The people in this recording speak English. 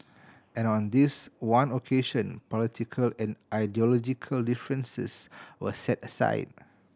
and on this one occasion political and ideological differences were set aside